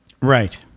Right